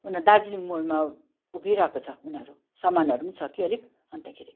उनीहरू दार्जिलिङ मोडमा उभिरहेको छ उनीहरू सामानहरू पनि छ कि अलिक अन्तखेरि